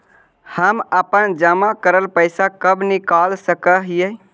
हम अपन जमा करल पैसा कब निकाल सक हिय?